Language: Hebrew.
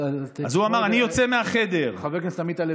אז הוא אמר: אני יוצא מהחדר, חבר הכנסת עמית הלוי,